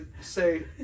say